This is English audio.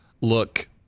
look